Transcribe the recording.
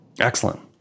Excellent